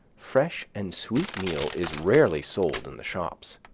fresh and sweet meal is rarely sold in the shops,